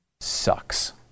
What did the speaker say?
sucks